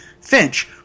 Finch